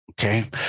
okay